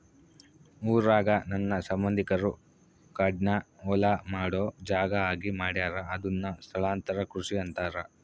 ಊರಾಗ ನನ್ನ ಸಂಬಂಧಿಕರು ಕಾಡ್ನ ಹೊಲ ಮಾಡೊ ಜಾಗ ಆಗಿ ಮಾಡ್ಯಾರ ಅದುನ್ನ ಸ್ಥಳಾಂತರ ಕೃಷಿ ಅಂತಾರ